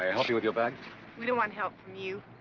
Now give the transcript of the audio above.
ah help you with your bag we don't want help from you.